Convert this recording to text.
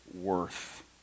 worth